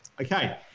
Okay